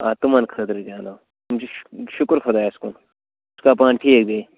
آ تِمن خٲطرٕ تہِ اَنو شُکُر خۄدایس کُن ژٕ چھُکھا پانہٕ ٹھیٖکھ بیٚیہِ